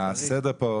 הסדר פה,